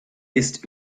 ist